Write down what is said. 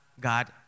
God